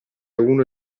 uno